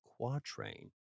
quatrain